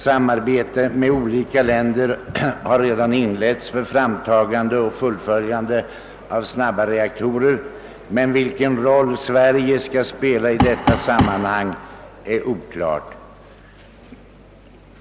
Samarbete har inletts med olika länder för framtagande och fulföljande av snabba reaktorer, men vilken roll Sverige skall spela i detta sammanhang är oklart.